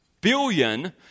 billion